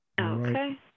Okay